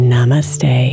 Namaste